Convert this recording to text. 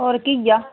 होर घीआ